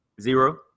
Zero